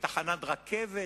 בתחנת רכבת,